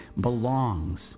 belongs